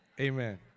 Amen